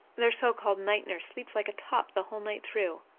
their so-called night nurse sleeps like a top the whole night through.